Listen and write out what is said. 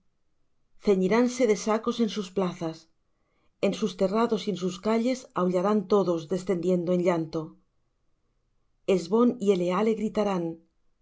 barba se mesará ceñiránse de sacos en sus plazas en sus terrados y en sus calles aullarán todos descendiendo en llanto hesbón y eleale gritarán